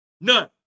None